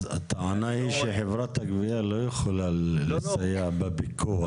אבל הטענה היא שחברת הגבייה לא יכולה לסייע בפיקוח.